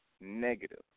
negative